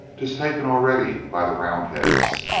tis taken al ready by the roundheads.